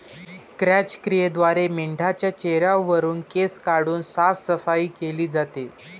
क्रॅच क्रियेद्वारे मेंढाच्या चेहऱ्यावरुन केस काढून साफसफाई केली जाते